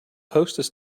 hostess